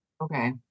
okay